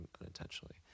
unintentionally